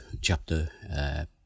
chapter